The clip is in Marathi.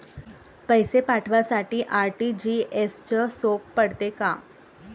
पैसे पाठवासाठी आर.टी.जी.एसचं सोप पडते का?